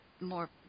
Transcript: more